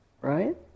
right